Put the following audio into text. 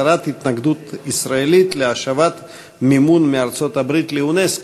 הסרת התנגדות ישראלית להשבת מימון מארצות-הברית לאונסק"ו.